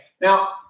Now